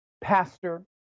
Pastor